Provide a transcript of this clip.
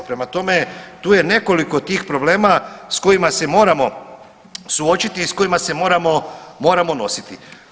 Prema tome, tu je nekoliko tih problema sa kojima se moramo suočiti i sa kojima se moramo nositi.